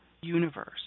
universe